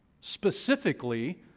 specifically